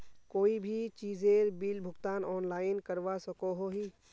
कोई भी चीजेर बिल भुगतान ऑनलाइन करवा सकोहो ही?